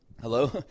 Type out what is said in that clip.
Hello